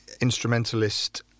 instrumentalist